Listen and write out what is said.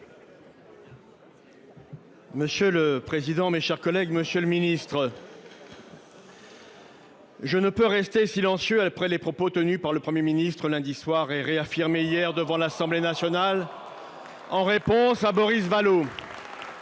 messieurs les ministres, mes chers collègues, je ne peux rester silencieux après les propos tenus par le Premier ministre lundi soir et réaffirmés hier devant l’Assemblée nationale, en réponse à Boris Vallaud.,